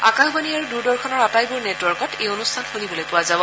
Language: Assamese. আকাশবাণী আৰু দূৰদৰ্শনৰ আটাইবোৰ নেটৱৰ্কত এই অনুষ্ঠান শুনিবলৈ পোৱা যাব